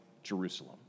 Jerusalem